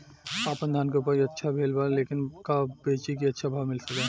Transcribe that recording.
आपनधान के उपज अच्छा भेल बा लेकिन कब बेची कि अच्छा भाव मिल सके?